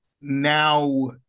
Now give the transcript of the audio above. now